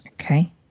Okay